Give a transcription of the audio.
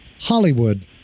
Hollywood